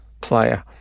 player